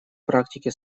практике